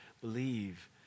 believe